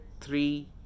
three